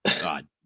God